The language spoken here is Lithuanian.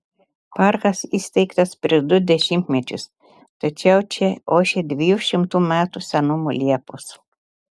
parkas įsteigtas prieš du dešimtmečius tačiau čia ošia dviejų šimtų metų senumo liepos